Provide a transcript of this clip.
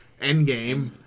Endgame